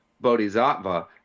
Bodhisattva